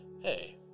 hey